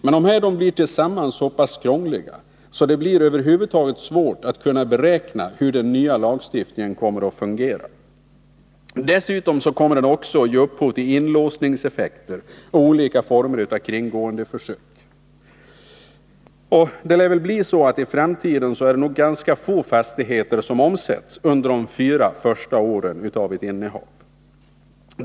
Men dessa blir tillsammans så krångliga att det över huvud taget blir svårt att beräkna hur den nya lagstiftningen kommer att fungera. Dessutom kommer den att ge upphov till inlåsningseffekter och olika former av kringgåendeförsök. Det torde i framtiden bli mycket få fastigheter som omsätts under de fyra första åren av ett fastighetsinnehav.